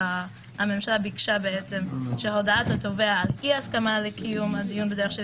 הממשלה ביקשה שהודעת התובע על אי הסכמה לקיום הדיון בדרך של